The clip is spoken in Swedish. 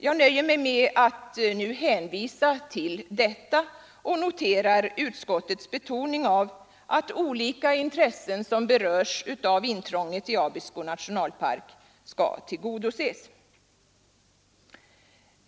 Jag nöjer mig med att nu hänvisa till detta och noterar utskottets betoning av att olika intressen som berörs av intrånget i Abisko nationalpark skall tillgodoses.